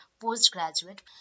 postgraduate